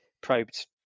probed